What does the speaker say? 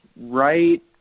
right